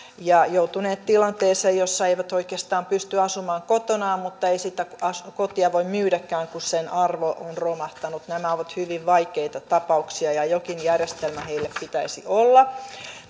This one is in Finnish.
ja joutuneet tilanteeseen jossa eivät oikeastaan pysty asumaan kotonaan mutta eivät sitä kotia voi myydäkään kun sen arvo on romahtanut nämä ovat hyvin vaikeita tapauksia ja jokin järjestelmä heille pitäisi olla